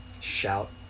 shout